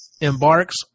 embarks